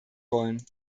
wollen